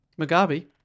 Mugabe